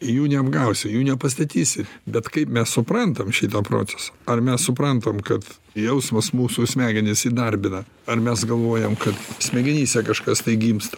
jų neapgausi jų nepastatysi bet kaip mes suprantam šitą procesą ar mes suprantam kad jausmas mūsų smegenis įdarbina ar mes galvojam kad smegenyse kažkas tai gimsta